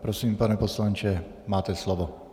Prosím, pane poslanče, máte slovo.